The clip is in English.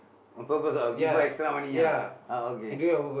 on purpose ah give her extra money ah ah okay